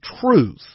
truth